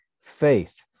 faith